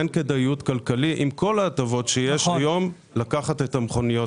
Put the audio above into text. אין כדאיות כלכלי עם כל ההטבות שיש היום לקחת את המכוניות האלה.